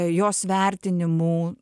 jos vertinimų